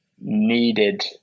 needed